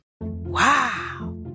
Wow